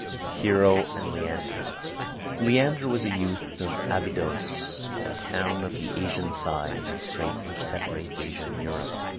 hero and leander leander was a youth of abydos, a town of the asian side of the strait which separates asia and europe.